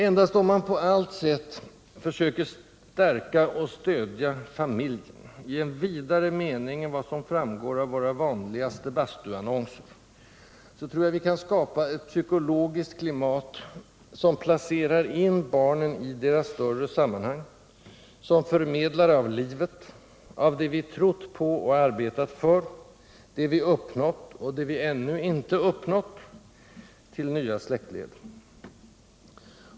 Endast om man på allt sätt försöker stärka och stödja familjen — i en vidare mening än vad som framgår av våra vanligaste bastuannonser— tror jag vi kan skapa ett psykologiskt klimat, som placerar in barnen i deras större sammanhang, som förmedlare av livet, av det vi trott på och arbetat för, det vi uppnått och det vi ännu inte uppnått, till nya släktled.